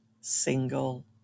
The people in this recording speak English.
single